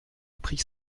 appris